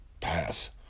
path